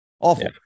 awful